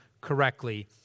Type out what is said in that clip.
correctly